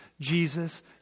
Jesus